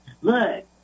Look